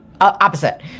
Opposite